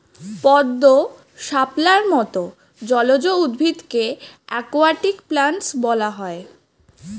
পদ্ম, শাপলার মত জলজ উদ্ভিদকে অ্যাকোয়াটিক প্ল্যান্টস বলা হয়